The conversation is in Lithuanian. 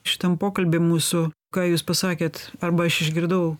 šitam pokalby mūsų ką jūs pasakėt arba aš išgirdau